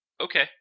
Okay